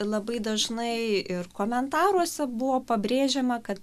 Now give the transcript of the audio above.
labai dažnai ir komentaruose buvo pabrėžiama kad